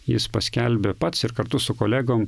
jis paskelbė pats ir kartu su kolegom